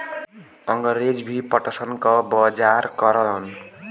अंगरेज भी पटसन क बजार करलन